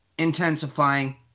Intensifying